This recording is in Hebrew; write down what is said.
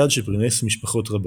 צעד שפרנס משפחות רבות.